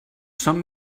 són